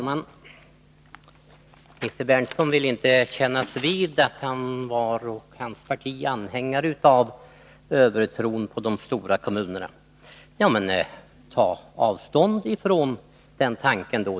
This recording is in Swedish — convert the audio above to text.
Fru talman! Nils Berndtson vill inte kännas vid att han och hans parti är anhängare av en övertro på de stora kommunerna. Men ta då avstånd från den tanken!